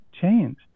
change